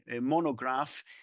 monograph